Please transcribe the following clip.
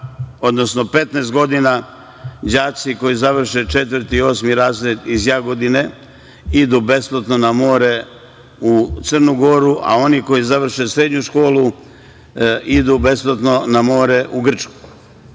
odnosno 15 godina đaci koji završe četvrti, osmi razred iz Jagodine idu besplatno na more u Crnu Goru, a oni koji završe srednju školu idu besplatno na more u Grčku.